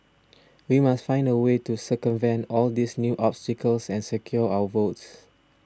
we must find a way to circumvent all these new obstacles and secure our votes